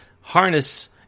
harness